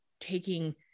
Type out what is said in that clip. taking